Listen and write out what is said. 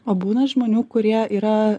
o būna žmonių kurie yra